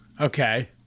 Okay